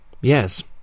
Yes